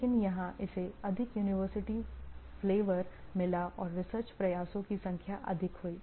लेकिन यहां इसे अधिक यूनिवर्सिटी फ्लेवर मिला और रिसर्च प्रयासों की संख्या अधिक हुई